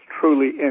truly